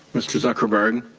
mr. zuckerberg.